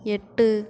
எட்டு